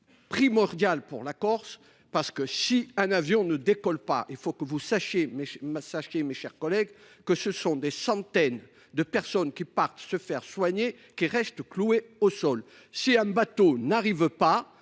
primordial pour la Corse. En effet, si un avion ne décolle pas, sachez, mes chers collègues, que ce sont des centaines de personnes qui devaient se faire soigner qui restent coulées au sol. Si un bateau n’arrive pas